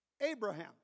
Abraham